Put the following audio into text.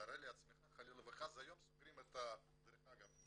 תאר לעצמך חלילה וחס שהיום סוגרים ודרך אגב,